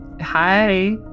Hi